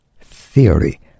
theory